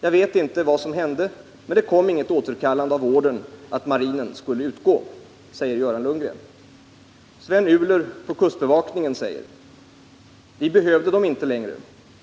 Jag vet inte vad som hände, men det kom inget återkallande av ordern att marinen skulle utgå, säger Göran Lundgren. Sven Uhler på kustbevakningen säger: —- Vi behövde dem inte längre.